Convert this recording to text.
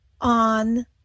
on